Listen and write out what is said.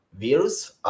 virus